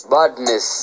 Badness